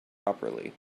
properly